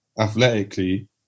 athletically